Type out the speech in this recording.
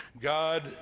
God